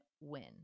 win